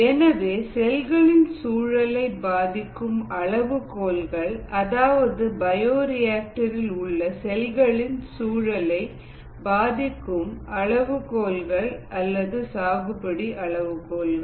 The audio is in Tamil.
எனவே செல்களின் சூழலை பாதிக்கும் அளவுகோல்கள் அதாவது பயோரிஆக்டர் ரில் உள்ள செல்களின் சூழலை பாதிக்கும் அளவுகோல்கள் சூழல் அளவுகோல்கள் அல்லது சாகுபடி அளவுகோல்கள்